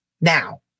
now